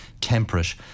temperate